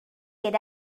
get